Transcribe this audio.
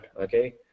Okay